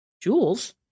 Jules